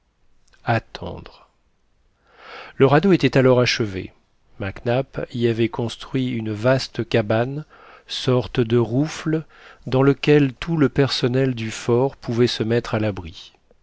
attendre le radeau était alors achevé mac nap y avait construit une vaste cabane sorte de rouffle dans lequel tout le personnel du fort pouvait se mettre à l'abri